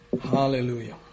Hallelujah